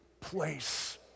place